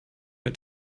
mit